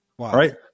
Right